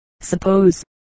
Suppose